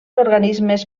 organismes